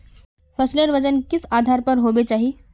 फसलेर वजन किस आधार पर होबे चही?